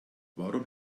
warum